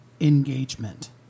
engagement